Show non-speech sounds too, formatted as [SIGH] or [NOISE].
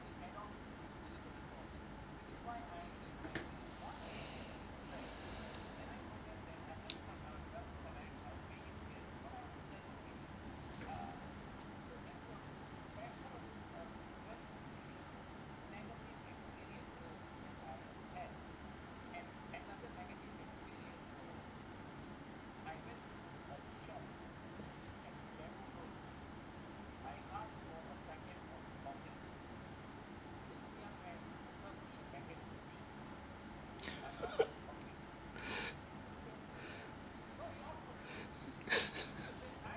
[LAUGHS]